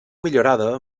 millorada